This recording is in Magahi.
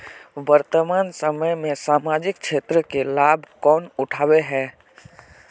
वर्तमान समय में सामाजिक क्षेत्र के लाभ कौन उठावे है?